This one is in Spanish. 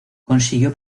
consiguió